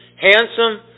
Handsome